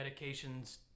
medications